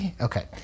Okay